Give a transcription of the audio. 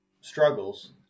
struggles